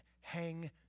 hang